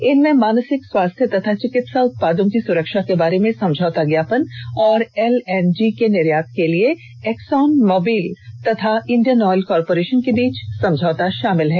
इनमें मानसिक स्वास्थ्य तथा चिकित्सा उत्पादों की सुरक्षा के बारे में समझौता ज्ञापन और एलएनजी के निर्यात के लिए एक्सन मोबिल तथा इंडियन ऑयल कॉरपोरेशन के बीच समझौता शामिल है